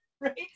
Right